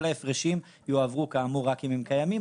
ההפרשים יועברו כאמור רק אם הם קיימים,